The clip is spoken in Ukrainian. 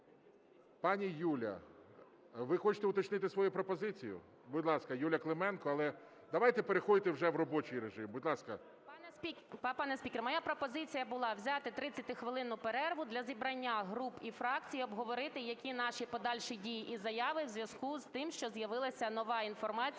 Пані Юля, ви хочете уточнити свою пропозицію? Будь ласка, Юлія Клименко. Але давайте переходити вже в робочий режим. Будь ласка. 13:07:09 КЛИМЕНКО Ю.Л. Пане спікер, моя пропозиція була взяти 30-хвилинну перерву для зібрання груп і фракцій і обговорити, які наші подальші дії і заяви у зв'язку з тим, що з'явилась нова інформація